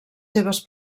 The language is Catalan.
seves